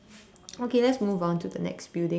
okay let's move on to the next building